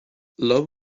love